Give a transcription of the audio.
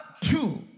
two